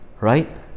Right